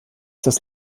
das